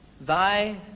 thy